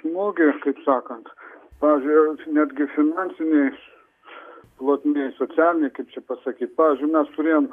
smūgį kaip sakant pavyzdžiui netgi finansinėj plotmėj socialinėj kaip čia pasakyt pavyzdžiui mes turėjom